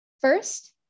First